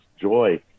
joy